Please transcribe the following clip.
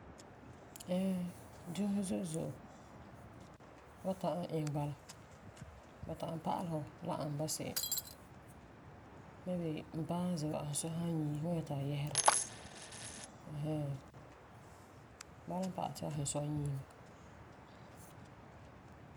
Ɛɛ, dusi zo'e zo'e wan ta'am iŋɛ bala. Ba ta'am pa'alɛ fu la n ani se'em. Maybe Ba'a n ze wa, a sunsua san yie, fu wan nyɛ ti a yɛsera mm hmm, bala n pa'alɛ ti a sunsua yie mɛ